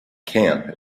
camp